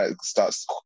starts